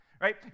Right